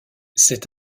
cet